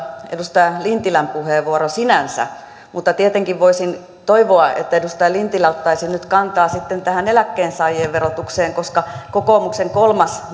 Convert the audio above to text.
edustaja lintilän puheenvuoro sinänsä mutta tietenkin voisin toivoa että edustaja lintilä ottaisi nyt kantaa sitten tähän eläkkeensaajien verotukseen koska kokoomuksen kolmas